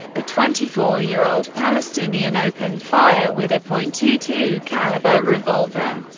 a twenty four year old palestinian, opened fire with a point two two caliber revolver.